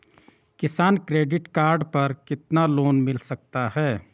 किसान credit card पर कितना लोंन मिल सकता है?